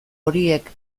horiek